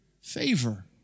favor